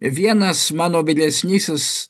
vienas mano vyresnysis